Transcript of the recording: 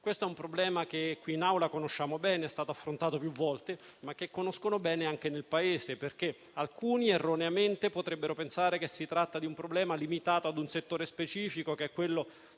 Questo è un problema che in Assemblea conosciamo bene - è stato affrontato più volte - ma che conoscono bene anche nel Paese. Alcuni erroneamente potrebbero pensare che si tratti di un problema limitato a un settore specifico, quello